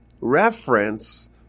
reference